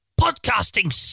Podcasting